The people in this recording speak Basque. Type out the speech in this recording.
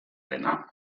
dena